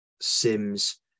Sims